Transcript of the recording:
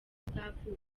uzavuka